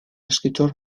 escritor